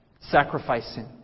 sacrificing